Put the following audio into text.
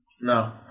No